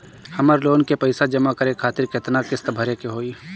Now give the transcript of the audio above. हमर लोन के पइसा जमा करे खातिर केतना किस्त भरे के होई?